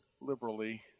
liberally